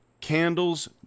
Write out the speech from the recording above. candles